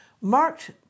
marked